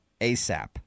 ASAP